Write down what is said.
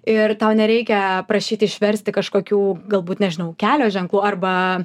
ir tau nereikia prašyt išverst kažkokių galbūt nežinau kelio ženklų arba